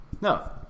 No